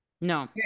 no